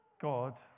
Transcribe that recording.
God